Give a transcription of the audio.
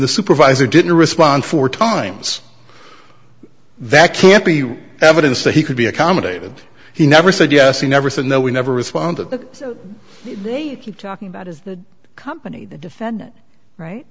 the supervisor didn't respond four times that can't be evidence that he could be accommodated he never said yes he never said no we never respond that they keep talking about is the company the defendant right